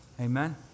amen